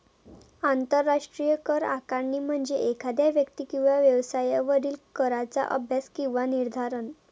आंतरराष्ट्रीय कर आकारणी म्हणजे एखाद्या व्यक्ती किंवा व्यवसायावरील कराचा अभ्यास किंवा निर्धारण